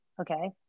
Okay